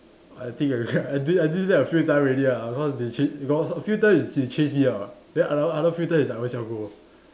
I think I I did I did that a few times already ah cause they did cha~ cause a few times they chase me out ah then other other few times is I own self go